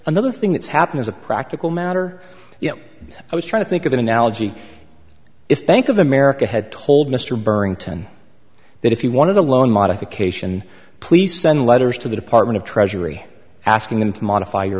another thing that's happened as a practical matter you know i was trying to think of an analogy if bank of america had told mr byrne ten that if you want to loan modification please send letters to the department of treasury asking them to modify your